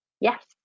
Yes